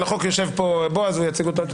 על החוק, יושב פה בועז, הוא יציג אותו.